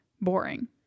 boring